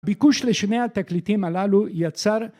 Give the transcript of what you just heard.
ביקוש לשני התקליטים הללו יצר...